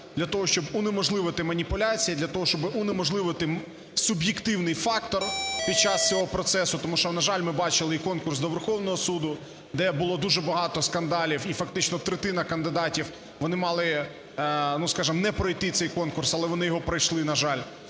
для того, щоб унеможливити маніпуляції, для того, щоб унеможливити суб'єктивний фактор під час цього процесу. Тому що, на жаль, ми бачили і конкурс до Верховного Суду, де було дуже багато скандалів і фактично третина кандидатів, вони мали, ну скажем, не пройти цей конкурс, але вони його пройшли, на жаль,